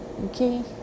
okay